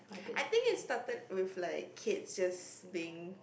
I think it started with like kids just being